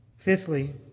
Fifthly